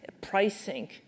pricing